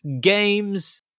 Games